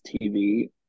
TV